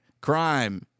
crime